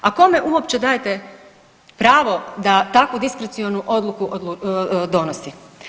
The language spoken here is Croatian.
A kome uopće dajete pravo da takvu diskrecionu odluku donosi?